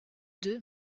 deux